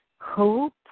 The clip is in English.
hope